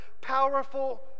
powerful